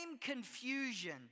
confusion